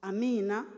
Amina